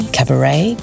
Cabaret